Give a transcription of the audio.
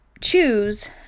choose